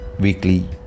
weekly